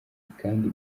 kandi